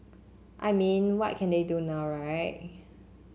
I mean what can they do now right